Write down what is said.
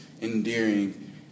endearing